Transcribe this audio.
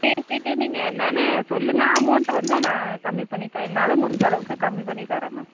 பேசிவிட்டு நீங்கள் என்னென்னு சொல்லுங்கள் அமௌண்ட் வந்து நான் கம்மி பண்ணித்தர்றேன் என்னால் முடிஞ்ச அளவுக்கு கம்மி பண்ணித்தர்றேன் மேம்